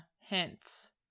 Hints